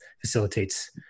facilitates